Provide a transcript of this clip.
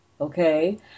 okay